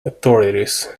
authorities